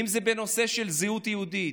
אם זה בנושא של זהות יהודית.